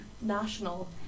national